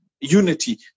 unity